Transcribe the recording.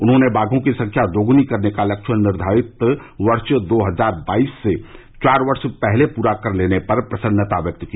उन्होंने बाधों की संख्या द्गुनी करने का लक्ष्य निर्धारित वर्ष दो हजार बाईस से चार वर्ष पहले पूरा कर लेने पर प्रसन्नता व्यक्त की